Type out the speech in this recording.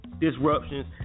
disruptions